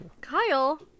Kyle